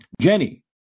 Jenny